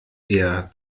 eher